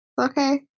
okay